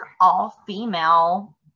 all-female